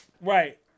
Right